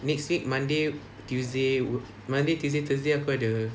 next week monday tuesday monday tuesday thursday I'll got the